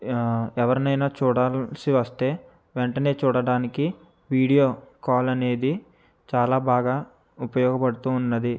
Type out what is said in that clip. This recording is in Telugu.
ఎవరినైనా చూడాల్సివస్తే వెంటనే చూడటానికి వీడియో కాల్ అనేది చాలా బాగా ఉపయోగ పడుతూ ఉన్నాది